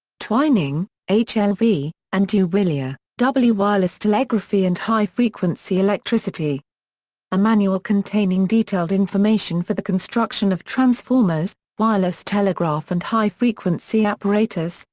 twining, h. l. v, and dubilier, w. wireless telegraphy and high frequency electricity a manual containing detailed information for the construction of transformers, wireless telegraph and high frequency apparatus,